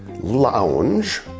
lounge